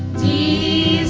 te